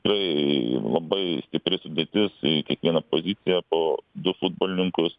tikrai labai stipri sudėtis į kiekvieną poziciją po du futbolininkus